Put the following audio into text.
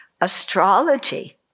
Astrology